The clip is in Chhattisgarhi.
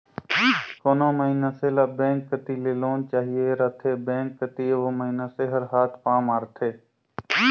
कोनो मइनसे ल बेंक कती ले लोन चाहिए रहथे बेंक कती ओ मइनसे हर हाथ पांव मारथे